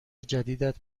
جدیدت